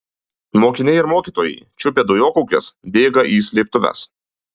mokiniai ir mokytojai čiupę dujokaukes bėga į slėptuves